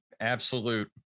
absolute